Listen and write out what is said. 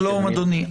שלום אדוני,